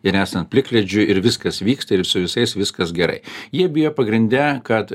ir esant plikledžiui ir viskas vyksta ir su visais viskas gerai jie bijo pagrinde kad